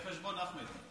יהיה חשבון, אחמד.